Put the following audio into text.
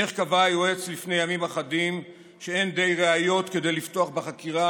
איך קבע היועץ לפני ימים אחדים שאין די ראיות כדי לפתוח בחקירה